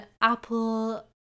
Apple